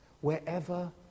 wherever